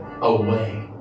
away